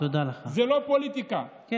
זה לא פוליטיקה,